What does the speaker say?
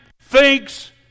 thinks